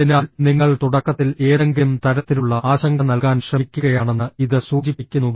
അതിനാൽ നിങ്ങൾ തുടക്കത്തിൽ ഏതെങ്കിലും തരത്തിലുള്ള ആശങ്ക നൽകാൻ ശ്രമിക്കുകയാണെന്ന് ഇത് സൂചിപ്പിക്കുന്നു